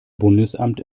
bundesamt